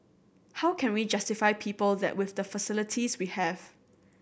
how can we justify people that with the facilities we have